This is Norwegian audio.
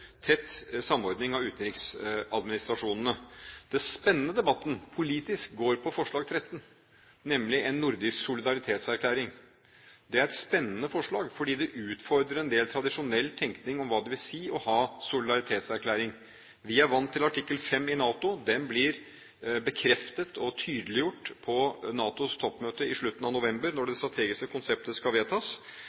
tett samordning av utenriksadministrasjonene. Den spennende debatten politisk gjelder forslag 13, nemlig en nordisk solidaritetserklæring. Det er et spennende forslag, fordi det utfordrer en del tradisjonell tenkning om hva det vil si å ha solidaritetserklæring. Vi er vant til artikkel 5 i NATO. Den blir bekreftet og tydeliggjort på NATOs toppmøte i slutten av november, når det strategiske konseptet skal vedtas.